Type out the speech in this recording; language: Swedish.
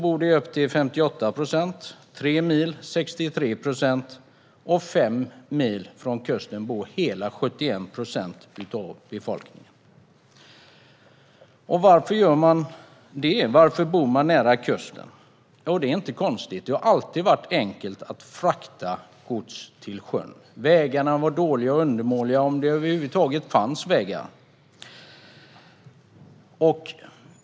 Inom två mil från kusten bor 58 procent, inom tre mil bor 63 procent och inom fem mil från kusten bor hela 71 procent av befolkningen. Varför bor man nära kusten? Det är inte konstigt. Det har alltid varit enkelt att frakta gods till sjöss. Vägarna förr var undermåliga om det över huvud taget fanns vägar.